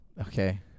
Okay